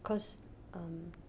cause um